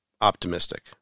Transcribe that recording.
optimistic